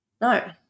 No